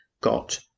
got